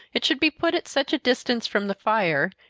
it should be put at such a distance from the fire,